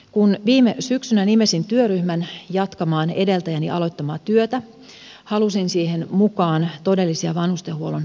kun viime syksynä nimesin työryhmän jatkamaan edeltäjäni aloittamaa työtä halusin siihen mukaan todellisia vanhustenhuollon asiantuntijoita